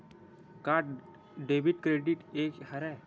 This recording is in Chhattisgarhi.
का डेबिट क्रेडिट एके हरय?